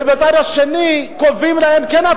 ומצד השני קובעים להם: כן,